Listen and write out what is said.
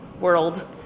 world